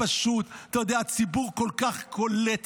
הצבעה